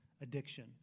addiction